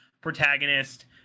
protagonist